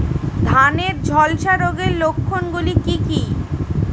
ধানের ঝলসা রোগের লক্ষণগুলি কি কি?